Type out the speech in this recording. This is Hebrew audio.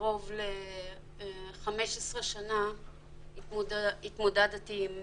קרוב ל-15 שנה התמודדתי עם